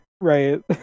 right